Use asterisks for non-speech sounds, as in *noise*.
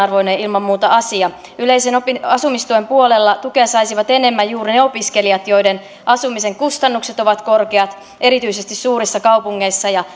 ilman muuta asia yleisen asumistuen puolella tukea saisivat enemmän juuri ne opiskelijat joiden asumisen kustannukset ovat korkeat erityisesti suurissa kaupungeissa ja *unintelligible*